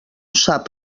sap